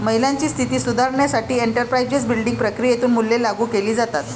महिलांची स्थिती सुधारण्यासाठी एंटरप्राइझ बिल्डिंग प्रक्रियेतून मूल्ये लागू केली जातात